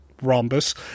rhombus